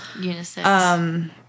unisex